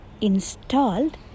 installed